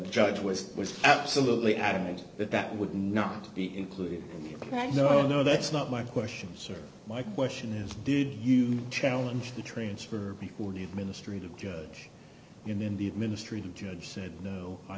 judge was was absolutely adamant that that would not be included no no that's not my question sir my question is did you challenge the transfer before the ministry to the judge in the administrative judge said no i